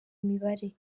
mibare